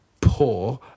poor